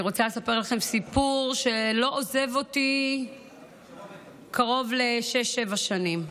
אני רוצה לספר לכם סיפור שלא עוזב אותי קרוב לשש-שבע שנים.